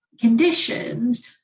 conditions